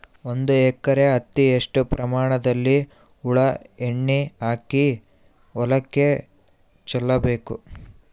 ಒಂದು ಎಕರೆ ಹತ್ತಿ ಎಷ್ಟು ಪ್ರಮಾಣದಲ್ಲಿ ಹುಳ ಎಣ್ಣೆ ಹಾಕಿ ಹೊಲಕ್ಕೆ ಚಲಬೇಕು?